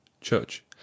Church